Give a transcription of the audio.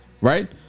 right